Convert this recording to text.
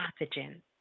pathogen